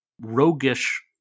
roguish